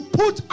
put